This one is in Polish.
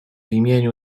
imieniu